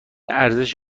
ارزش